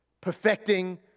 perfecting